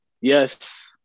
Yes